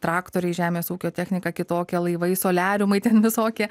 traktoriai žemės ūkio technika kitokia laivai soliariumai ten visokie